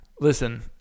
listen